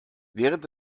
während